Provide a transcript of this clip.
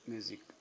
Music